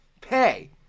pay